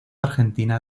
argentina